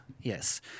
yes